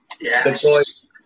Yes